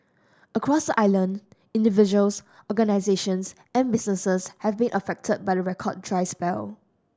across the island individuals organisations and businesses have been affected by the record try spell